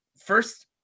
first